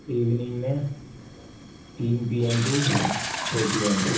evening میں تین P M to چھ پی ایم